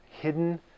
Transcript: Hidden